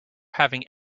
having